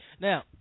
Now